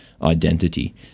identity